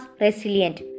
resilient